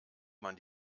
man